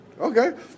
okay